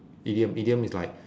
idiom idiom is like